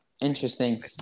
Interesting